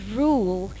rule